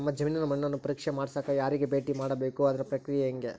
ನಮ್ಮ ಜಮೇನಿನ ಮಣ್ಣನ್ನು ಪರೇಕ್ಷೆ ಮಾಡ್ಸಕ ಯಾರಿಗೆ ಭೇಟಿ ಮಾಡಬೇಕು ಮತ್ತು ಅದರ ಪ್ರಕ್ರಿಯೆ ಹೆಂಗೆ?